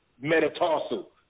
metatarsal